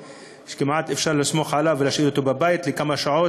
כמעט אפשר לסמוך עליו ולהשאיר אותו בבית לכמה שעות,